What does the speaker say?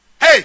Hey